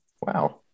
wow